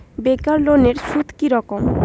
বেকার লোনের সুদ কি রকম?